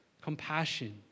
Compassion